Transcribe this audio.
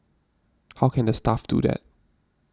how can the staff do that